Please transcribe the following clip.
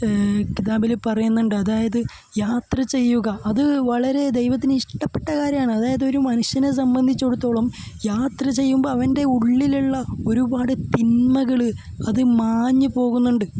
കിത്താബിൽ പറയുന്നുണ്ട് അതായത് യാത്ര ചെയ്യുക അത് വളരെ ദൈവത്തിന് ഇഷ്ടപ്പെട്ട കാര്യമാണ് അതായത് ഒരു മനുഷ്യനെ സംബന്ധിച്ചിടത്തോളം യാത്ര ചെയ്യുമ്പോൾ അവൻ്റെ ഉള്ളിലുള്ള ഒരുപാട് തിന്മകൾ അതു മാഞ്ഞു പോകുന്നുണ്ട്